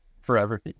forever